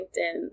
linkedin